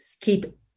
keep